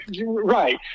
Right